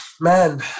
man